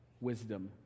wisdom